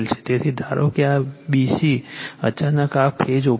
તેથી ધારો કે આ b c અચાનક આ ફેઝ ઓપન છે